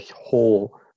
whole